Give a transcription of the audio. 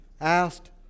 asked